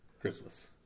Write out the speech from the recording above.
Christmas